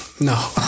no